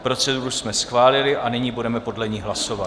Proceduru jsme schválili a nyní budeme podle ní hlasovat.